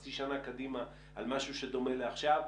חצי שנה קדימה על משהו שדומה לעכשיו.